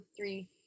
three